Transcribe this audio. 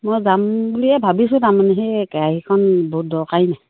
মই যাম বুলিয়ে ভাবিছোঁ তাৰমানে সেই কেৰাহীখন বহুত দৰকাৰী নে